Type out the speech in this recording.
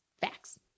facts